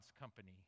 company